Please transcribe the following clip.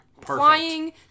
flying